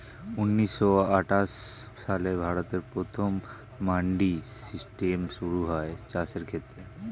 ঊন্নিশো আটাশ সালে ভারতে প্রথম মান্ডি সিস্টেম শুরু হয় চাষের ক্ষেত্রে